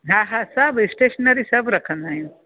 हा हा सभु स्टेशनरी सभु रखंदा आहियूं